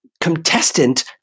contestant